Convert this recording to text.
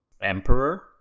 Emperor